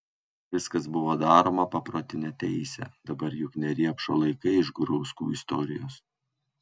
viskas buvo daroma paprotine teise dabar juk ne riepšo laikai iš gurauskų istorijos